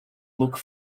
look